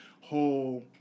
whole